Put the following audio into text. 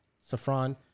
Saffron